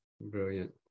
Brilliant